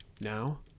Now